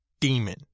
demon